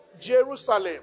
Jerusalem